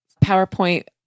PowerPoint